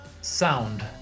sound